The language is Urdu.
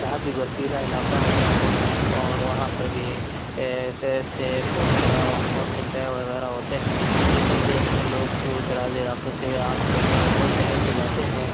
وہاں بھی برفیلا علاقہ ہوتا ہے اور وہاں پر بھی سیب وغیرہ اخروٹ کے پیڑ وغیرہ ہوتے ہیں یہ سب دیکھنے لوگ دور دراز علاقوں سے عام طور پر میرے شہر سے جاتے ہیں